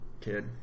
kid